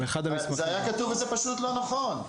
זה היה כתוב, וזה פשוט לא נכון.